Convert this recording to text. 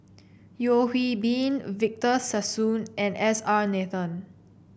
Yeo Hwee Bin Victor Sassoon and S R Nathan